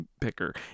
picker